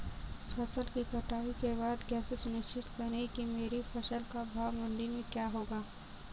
फसल की कटाई के बाद कैसे सुनिश्चित करें कि मेरी फसल का भाव मंडी में क्या होगा?